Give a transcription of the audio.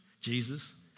Jesus